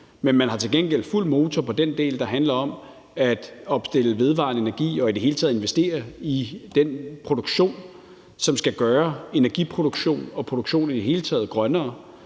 men man har til gengæld fuld motor på den del, der handler om at opstille vedvarende energi og i det hele taget investere i den produktion, som skal gøre energiproduktion og produktion i det hele taget grønnere.